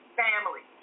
family